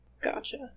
Gotcha